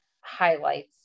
highlights